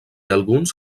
alguns